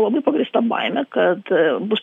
labai pagrįsta baimė kad bus